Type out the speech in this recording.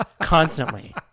constantly